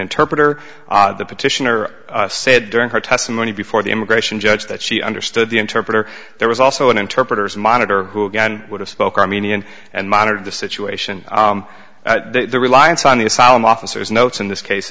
interpreter the petitioner said during her testimony before the immigration judge that she understood the interpreter there was also an interpreters monitor who again would have spoke armenian and monitored the situation their reliance on the asylum officers notes in this case